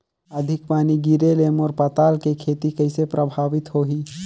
अधिक पानी गिरे ले मोर पताल के खेती कइसे प्रभावित होही?